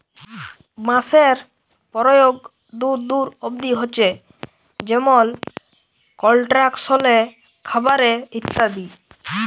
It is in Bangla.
বাঁশের পরয়োগ দূর দূর অব্দি হছে যেমল কলস্ট্রাকশলে, খাবারে ইত্যাদি